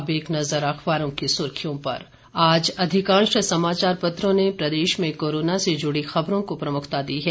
अब एक नजर अखबारों की सुर्खियों पर आज अधिकांश समाचार पत्रों ने प्रदेश में कोरोना से जुड़ी खबरों को प्रमुखता दी है